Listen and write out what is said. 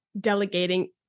delegating